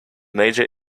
major